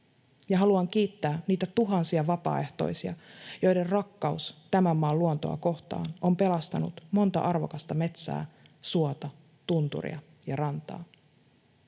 haluan kiittää niitä tuhansia vapaaehtoisia, joiden rakkaus tämän maan luontoa kohtaan on pelastanut monta arvokasta metsää, suota, tunturia ja rantaa.